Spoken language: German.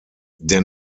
der